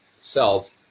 cells